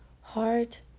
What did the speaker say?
heart